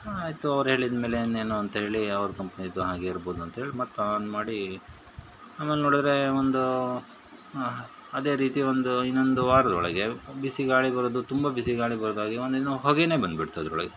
ಹಾಂ ಆಯಿತು ಅವ್ರು ಹೇಳಿದ ಮೇಲೆ ಇನ್ನೇನು ಅಂತ ಹೇಳಿ ಅವ್ರ ಕಂಪ್ನಿದು ಹಾಗೇ ಇರ್ಬೋದು ಅಂತ ಹೇಳಿ ಮತ್ತೆ ಆನ್ ಮಾಡಿ ಆಮೇಲೆ ನೋಡಿದರೆ ಒಂದು ಅದೇ ರೀತಿ ಒಂದು ಇನ್ನೊಂದು ವಾರದೊಳಗೆ ಬಿಸಿ ಗಾಳಿ ಬರೋದು ತುಂಬ ಬಿಸಿ ಗಾಳಿ ಬರೋದು ಹಾಗೇ ಒಂದಿನ ಹೊಗೇನೆ ಬಂದು ಬಿಡ್ತು ಅದರೊಳ್ಗೆ